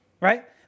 right